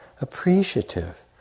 appreciative